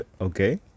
okay